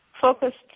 focused